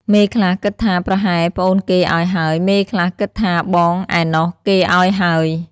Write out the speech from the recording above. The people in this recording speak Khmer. មេខ្លះគិតថាប្រហែលប្អូនគេឱ្យហើយ មេខ្លះគិតថាបងឯណោះគេឱ្យហើយ ។